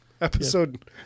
Episode